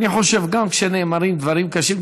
אני חושב שגם כשנאמרים דברים קשים,